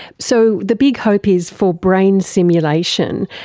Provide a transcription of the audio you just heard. so the big hope is for brain simulation,